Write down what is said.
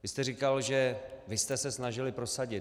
Vy jste říkal, že vy jste se snažili prosadit.